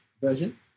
version